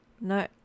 No